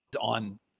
on